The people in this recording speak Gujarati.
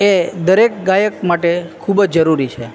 એ દરેક ગાયક માટે ખૂબ જ જરૂરી છે